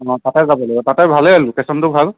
তাতে যাব লাগিব তাতে ভালে লোকেচনটো ভাল